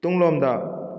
ꯇꯨꯡꯂꯣꯝꯗ